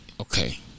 okay